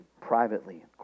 privately